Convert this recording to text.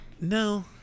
no